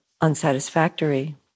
unsatisfactory